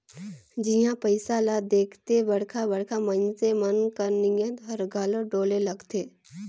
जिहां पइसा ल देखथे बड़खा बड़खा मइनसे मन कर नीयत हर घलो डोले लगथे